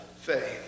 faith